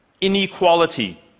Inequality